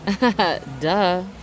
Duh